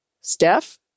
Steph